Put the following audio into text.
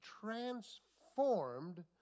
transformed